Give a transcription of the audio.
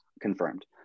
Confirmed